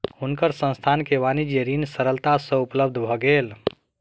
हुनकर संस्थान के वाणिज्य ऋण सरलता सँ उपलब्ध भ गेल